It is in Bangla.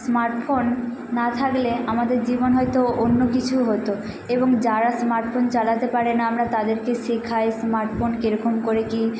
স্মার্ট ফোন না থাকলে আমাদের জীবন হয়তো অন্য কিছু হতো এবং যারা স্মার্ট ফোন চালাতে পারে না আমরা তাদেরকে শেখাই স্মার্ট ফোন কেরকম করে কী